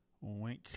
wink